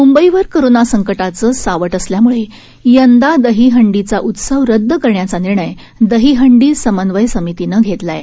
मुंबईवर कोरोना संकटाचं सावट असल्यामुळे यंदा दहीहंडीचा उत्सव रद्द करण्याचा निर्णय दहीहंडी समन्वय समितीनं घेतला आहे